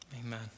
Amen